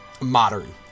modern